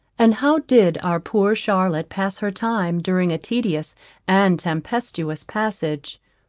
and how did our poor charlotte pass her time during a tedious and tempestuous passage?